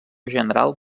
general